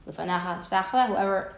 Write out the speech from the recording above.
Whoever